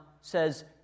says